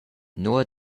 nua